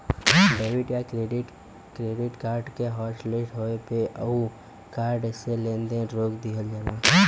debit या credit card के hotlist होये पे उ कार्ड से लेन देन रोक दिहल जाला